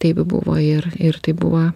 taip buvo ir ir tai buvo